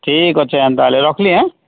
ଠିକ୍ ଅଛି ଏନ୍ତା ହେଲେ ରଖିଲି ଆ